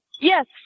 Yes